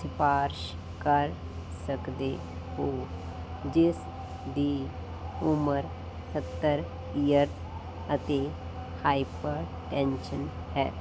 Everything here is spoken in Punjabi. ਸਿਫਾਰਸ਼ ਕਰ ਸਕਦੇ ਹੋ ਜਿਸ ਦੀ ਉਮਰ ਸੱਤਰ ਈਅਰ ਅਤੇ ਹਾਈਪਰਟੈਨਸ਼ਨ ਹੈ